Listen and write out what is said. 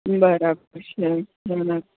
બરાબર છે બરાબર